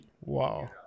wow